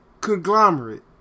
conglomerate